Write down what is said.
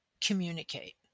communicate